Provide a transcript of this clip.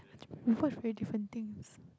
we watch very different things